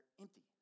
empty